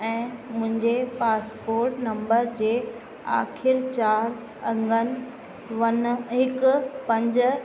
ऐं मुंहिंजे passport number जे आख़िर चारि अंगन वन हिकु पंज